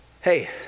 hey